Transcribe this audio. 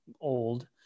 old